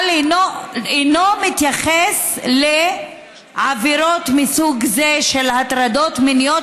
אבל הוא אינו מתייחס לעבירות מסוג זה של הטרדות מיניות